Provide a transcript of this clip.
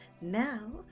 now